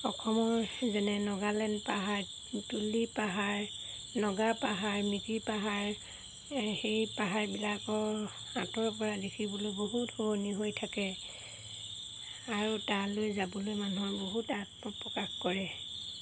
অসমৰ যেনে নাগালেণ্ড পাহাৰ তুলি পাহাৰ নগা পাহাৰ মিকিৰ পাহাৰ সেই পাহাৰবিলাকৰ আঁতৰৰপৰা দেখিবলৈ বহুত শুৱনি হৈ থাকে আৰু তালৈ যাবলৈ মানুহৰ বহুত আত্মপ্ৰকাশ কৰে